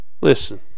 Listen